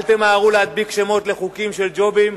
אל תמהרו להדביק שמות לחוקים, של ג'ובים,